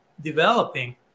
developing